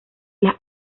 las